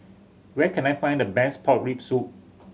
where can I find the best pork rib soup